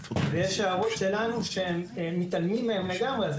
ויש הערות שלנו שמתעלמים מהן לגמרי.